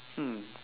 hmm